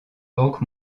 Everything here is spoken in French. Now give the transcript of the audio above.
banque